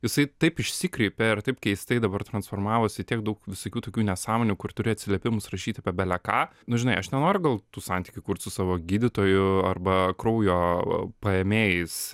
jisai taip išsikreipė ir taip keistai dabar transformavosi tiek daug visokių tokių nesąmonių kur turi atsiliepimus rašyt apie beleką nu žinai aš nenoriu gal tų santykių kurt su savo gydytoju arba kraujo paėmėjais